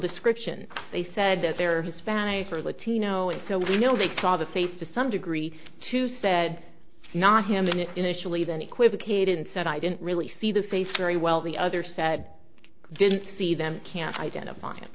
description they said that they are hispanic or latino and so we know they saw the face to some degree too said not him initially then equivocated and said i didn't really see the face very well the other said i didn't see them can't identify